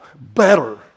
better